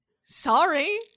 sorry